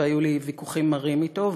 והיו לי ויכוחים מרים אתו,